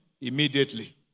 Immediately